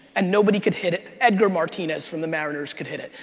and nobody could hit it. edgar martinez from the mariners could hit it.